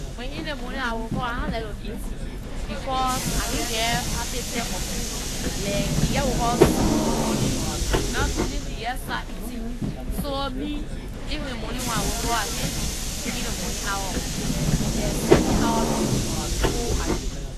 Wen in the morning I wake up I nah like to eat, because I can't get appetite for food. Like you jeh wake up soon morning, you nah do anything- you jeh start eating. So me, in morning when I wake up I can't eat in the morning hour until certain hour reach before I can eat.